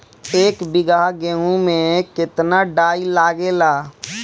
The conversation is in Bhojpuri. एक बीगहा गेहूं में केतना डाई लागेला?